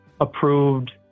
approved